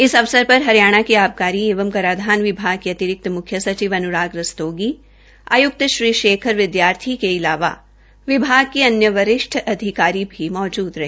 इस अवसर पर हरियाणा के आबकारी एवं कराधान विभाग के अतिरिक्त मुख्य सचिव अनुराग रस्तोगी आयुक्त श्री शेखर विद्यार्थी के अलावा विभाग के अन्य वरिष्ठ अधिकारी भी मौजूद रहे